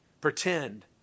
pretend